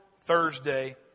Thursday